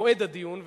מועד הדיון,